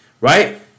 right